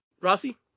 Rossi